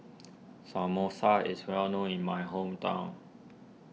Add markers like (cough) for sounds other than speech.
(noise) Samosa is well known in my hometown